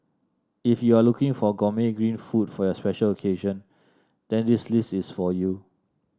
if you are looking for gourmet green food for your special occasion then this list is for you